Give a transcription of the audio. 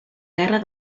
guerra